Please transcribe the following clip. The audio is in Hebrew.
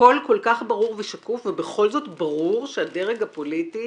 הכול כל כך ברור ושקוף ובכל זאת ברור שהדרג הפוליטי